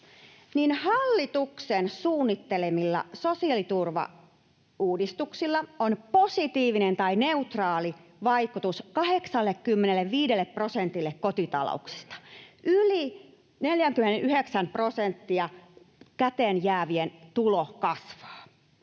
hallituksen suunnittelemilla sosiaaliturvauudistuksilla on positiivinen tai neutraali vaikutus 85 prosentille kotitalouksista. Yli 49 prosentilla käteenjäävä tulo kasvaa.